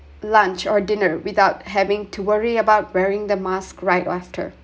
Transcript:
lunch or dinner without having to worry about wearing the mask right after